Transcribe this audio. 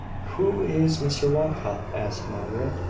who is mr walcot? asked margaret.